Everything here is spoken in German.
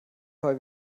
fall